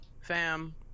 Fam